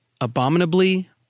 abominably